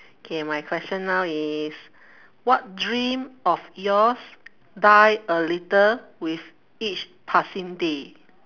K my question now is what dream of yours die a little with each passing day